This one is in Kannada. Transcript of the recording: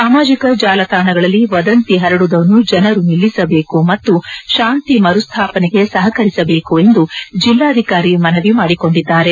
ಸಾಮಾಜಿಕ ಜಾಲತಾಣಗಳಲ್ಲಿ ವದಂತಿ ಹರಡುವುದನ್ನು ಜನರು ನಿಲ್ಲಿಸಬೇಕು ಮತ್ತು ಶಾಂತಿ ಮರುಸ್ಲಾಪನೆಗೆ ಸಹಕರಿಸಬೇಕು ಎಂದು ಜಿಲ್ಲಾಧಿಕಾರಿ ಮನವಿ ಮಾಡಿಕೊಂಡಿದ್ದಾರೆ